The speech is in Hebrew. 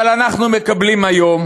אבל אנחנו מקבלים היום